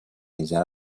нельзя